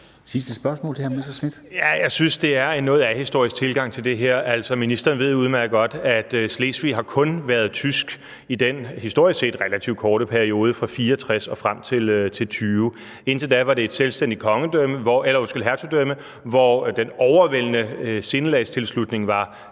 Messerschmidt (DF): Jeg synes, det er en noget ahistorisk tilgang til det her. Ministeren ved udmærket godt, at Slesvig kun har været tysk i den historisk set relativt korte periode fra 1864 og frem til 1920. Indtil da var det et selvstændigt hertugdømme, hvor den overvældende sindelagstilslutning var